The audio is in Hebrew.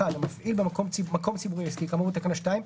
המפעיל מקום ציבורי או עסקי כאמור בתקנה 2,